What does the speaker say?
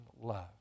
love